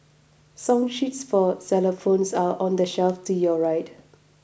song sheets for xylophones are on the shelf to your right